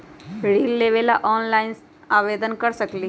ऋण लेवे ला ऑनलाइन से आवेदन कर सकली?